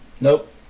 Nope